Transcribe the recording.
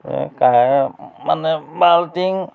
কাঁ মানে বাল্টিং